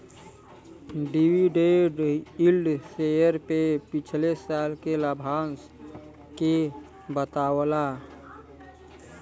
dividend yield share पे पिछले साल के लाभांश के बतावला